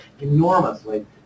enormously